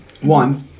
One